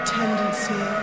tendency